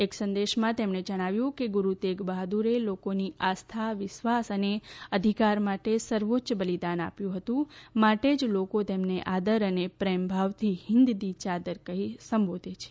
એક સંદેશમાં તેમણે જણાવ્યું કે ગુરૂ તેગ બહાદૂરે લોકોની આસ્થા વિશ્વાસ અને અધિકાર માટે સર્વોચ્ય બલિદાન આપ્યું હતું માટે જ લોકો તેમને આદર અને પ્રેમભાવથી હિન્દી દી ચાદર કહી સંબોધે છે